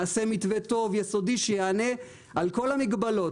נעשה מתווה טוב ויסודי שיענה על כל המגבלות.